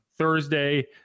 thursday